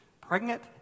pregnant